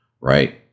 right